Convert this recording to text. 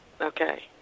Okay